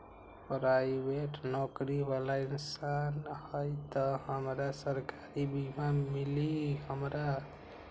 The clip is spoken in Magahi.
पराईबेट नौकरी बाला इंसान हई त हमरा सरकारी बीमा मिली हमरा?